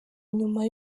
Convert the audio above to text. nyuma